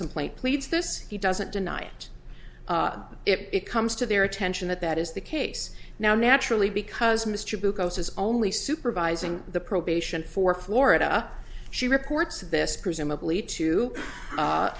complaint pleads this he doesn't deny it it comes to their attention that that is the case now naturally because mr bugliosi is only supervising the probation for florida she reports this presumably to